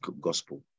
gospel